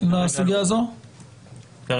כרגע לא, אדוני.